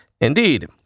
Indeed